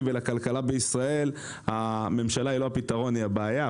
ולכלכלה בישראל הממשלה היא לא הפתרון היא הבעיה,